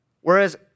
whereas